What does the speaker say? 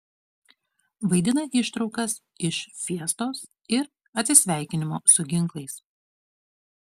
vaidina ištraukas iš fiestos ir atsisveikinimo su ginklais